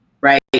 right